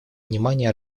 внимания